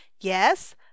Yes